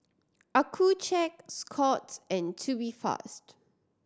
Accucheck Scott's and Tubifast